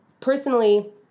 Personally